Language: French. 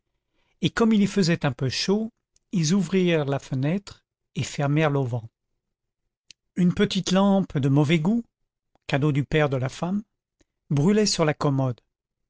et comme il y faisait un peu chaud ils ouvrirent la fenêtre et fermèrent l'auvent une petite lampe de mauvais goût cadeau du père de la femme brûlait sur la commode